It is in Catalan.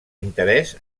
interès